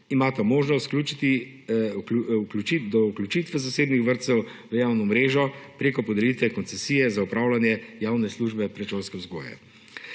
imata možnost do vključitve zasebnih vrtcev v javno mrežo preko podelitve koncesije za opravljanje javne službe predšolske vzgoje.